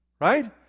Right